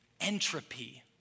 entropy